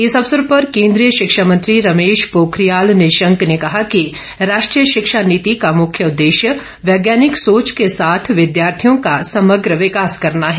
इस अवसर पर केंद्रीय शिक्षा मंत्री रमेश पोखरियाल निशंक ने कहा कि राष्ट्रीय शिक्षा नीति का मुख्य उदेश्य वैज्ञानिक सोच के साथ विद्यार्थियों का समग्र विकास करना है